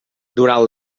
durant